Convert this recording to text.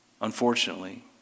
Unfortunately